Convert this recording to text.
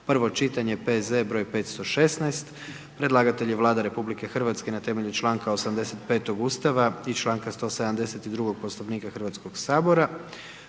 prvo čitanje, P.Z. br. 516; Predlagatelj je Vlada RH na temelju članka 85. Ustava i članka 172. Poslovnika Hrvatskoga sabora.